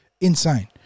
Insane